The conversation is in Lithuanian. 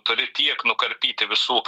turi tiek nukarpyti visų